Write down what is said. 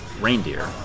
reindeer